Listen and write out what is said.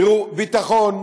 תראו, ביטחון,